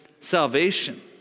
salvation